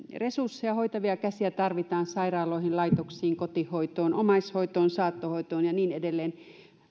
resusseja hoitavia käsiä tarvitaan sairaaloihin laitoksiin kotihoitoon omaishoitoon saattohoitoon ja niin edelleen